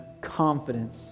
confidence